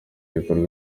ibikorwa